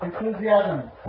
enthusiasm